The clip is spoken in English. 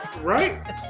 Right